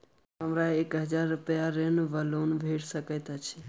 हमरा एक हजार रूपया ऋण वा लोन भेट सकैत अछि?